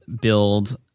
build